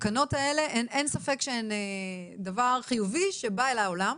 התקנות האלה אין ספק שהן דבר חיובי שבא אל העולם.